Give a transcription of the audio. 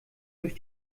durch